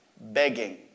begging